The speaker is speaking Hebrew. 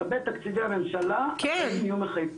לגבי תקציבי הממשלה הם יהיו מחייבים.